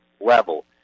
level